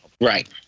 Right